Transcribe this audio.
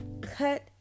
Cut